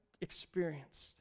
experienced